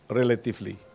relatively